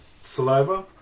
saliva